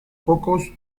pocos